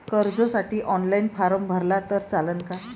कर्जसाठी online form भरला तर चालन का?